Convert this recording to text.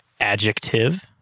Adjective